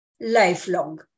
lifelong